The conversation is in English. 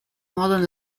modern